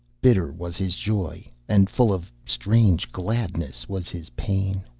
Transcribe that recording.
bitter was his joy, and full of strange gladness was his pain.